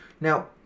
Now